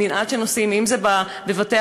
מנעד של נושאים: אם זה בבתי-החולים,